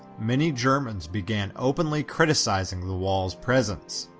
many germans began openly criticizing the wall's presence.